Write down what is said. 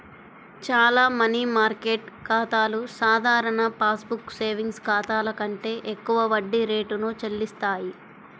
చాలా money market ఖాతాలు సాధారణ పాస్ బుక్ సేవింగ్స్ ఖాతాల కంటే ఎక్కువ వడ్డీ రేటును చెల్లిస్తాయి